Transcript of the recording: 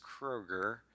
Kroger